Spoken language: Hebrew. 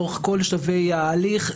לאורך כל שלבי ההליך,